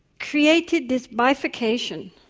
created this bifurcation